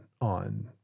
on